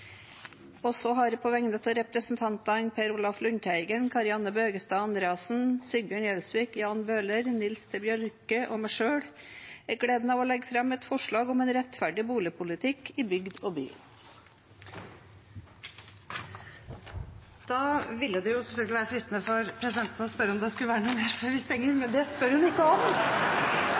Så har jeg på vegne av representantene Per Olaf Lundteigen, Kari Anne Bøkestad Andreassen, Sigbjørn Gjelsvik, Jan Bøhler, Nils T. Bjørke og meg selv gleden av å legge fram et forslag om en rettferdig boligpolitikk i bygd og by. Da ville det selvfølgelig være fristende for presidenten å spørre om det skulle være noe mer før vi stenger. – Det spør hun ikke om,